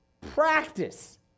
practice